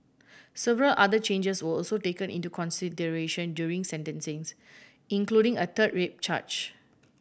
several other changes were also taken into consideration during sentencing's including a third rape charge